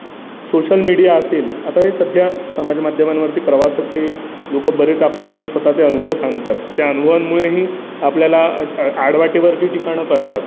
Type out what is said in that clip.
social media असेल आता हे सध्या समाजमाध्यमांवरती प्रवासाचे लोकं बरेच आपले स्वतःचे अनुभव सांगतात त्या अनुभवांमुळेही आपल्याला आ आडवाटेवरची ठिकाणं कळतात